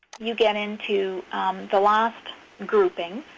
you get into the last grouping.